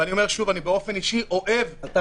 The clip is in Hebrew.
ואני אומר שוב, באופן אישי אני אוהב את אבי חימי.